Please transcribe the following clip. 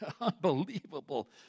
unbelievable